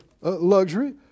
luxury